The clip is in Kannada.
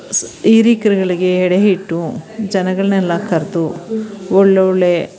ಹಿರೀಕರಿಗಳಿಗೆ ಎಡೆ ಹಿಟ್ಟು ಜನಗಳನ್ನೆಲ್ಲ ಕರೆದು ಒಳ್ಳೊಳ್ಳೆ